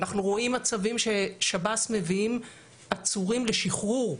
אנחנו רואים מצבים ששירות בתי הסוהר מביאים עצורים לשחרור,